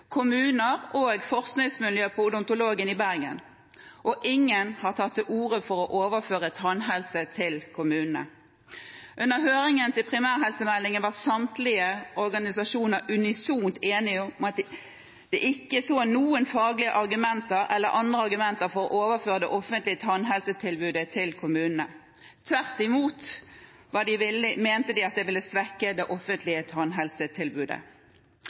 kommuner og forskningsmiljøet på Odontologen i Bergen. Ingen har tatt til orde for å overføre tannhelse til kommunene. Under høringen til primærhelsemeldingen var samtlige organisasjoner enige om – unisont – at det ikke var noen faglige argumenter eller andre argumenter for å overføre det offentlige tannhelsetilbudet til kommunene. Tvert imot mente de at det ville svekke det offentlige tannhelsetilbudet.